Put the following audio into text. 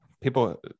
People